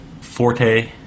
Forte